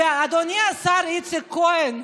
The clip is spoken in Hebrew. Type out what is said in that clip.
אדוני השר איציק כהן,